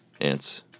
ants